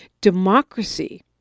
democracy